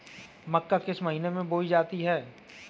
मक्का किस महीने में बोई जाती है?